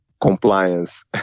compliance